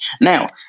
Now